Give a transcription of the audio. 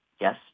Yes